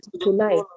tonight